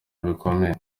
bikomeye